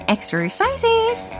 Exercises